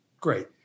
Great